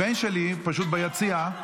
הבן שלי פשוט ביציע.